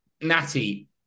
Natty